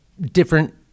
different